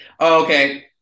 Okay